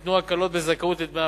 ניתנו הקלות בזכאות לדמי אבטלה.